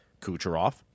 Kucherov